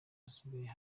basigaye